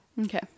Okay